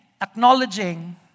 acknowledging